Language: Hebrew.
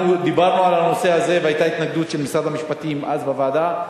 דיברנו על הנושא הזה והיתה התנגדות של משרד המשפטים אז בוועדה.